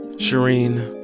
shereen,